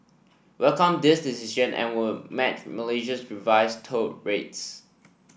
welcome this decision and will match Malaysia's revised toll rates